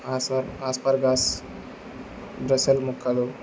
ఆస్ asparagus ద్రశల్ ముక్కలు